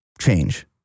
change